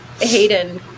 Hayden